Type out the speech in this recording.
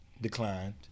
declined